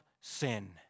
sin